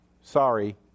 sorry